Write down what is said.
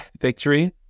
victory